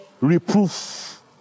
reproof